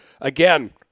again